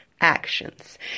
actions